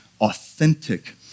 authentic